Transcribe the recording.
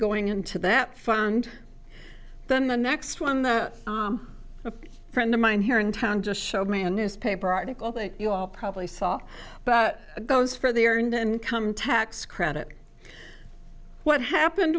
going into that fund then the next one a friend of mine here in town just showed me a newspaper article that you all probably saw but goes for the earned income tax credit what happened